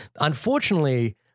Unfortunately